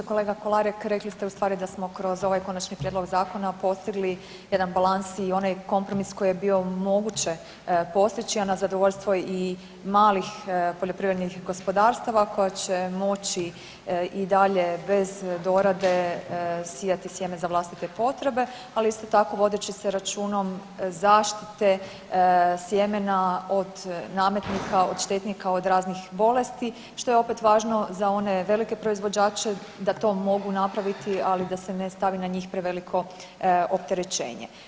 Kolega Kolarek, rekli ste u stvari da smo kroz ovaj konačni prijedlog zakona postigli jedan balans i onaj kompromis koji je bio moguće postići, a na zadovoljstvo i malih poljoprivrednih gospodarstava koja će moći i dalje bez dorade sijati sjeme za vlastite potrebe, ali isto tako vodeći se računom zaštite sjemena od nametnika, od štetnika, od raznih bolesti, što je opet važno za one velike proizvođače da to mogu napraviti, ali da se ne stavi na njih preveliko opterećenje.